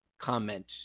comment